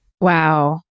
Wow